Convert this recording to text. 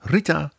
Rita